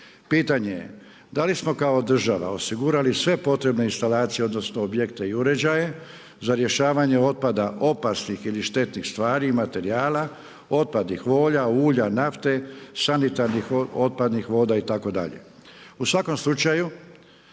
pitanje je da li smo kao država osigurali sve potrebne instalacije, odnosno objekte i uređaje za rješavanje otpada opasnih ili štetnih stvari i materijala, otpadnih voda, ulja, nafte, sanitarnih otpadnih voda itd.? U svakom slučaju